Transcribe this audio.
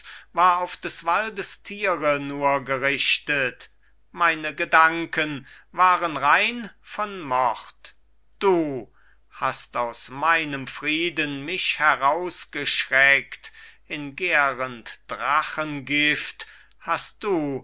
war auf des waldes tiere nur gerichtet meine gedanken waren rein von mord du hast aus meinem frieden mich heraus geschreckt in gärend drachengift hast du